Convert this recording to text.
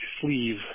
sleeve